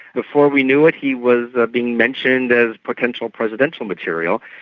before we knew it, he was being mentioned as potential presidential material.